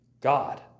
God